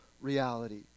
reality